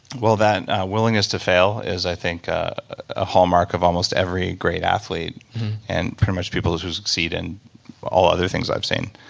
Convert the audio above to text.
well, that willingness to fail is, i think, a hallmark of almost every great athlete and pretty much people who succeed in all other things i've seen.